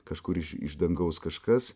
kažkur iš dangaus kažkas